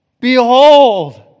Behold